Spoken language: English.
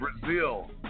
Brazil